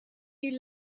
you